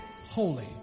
holy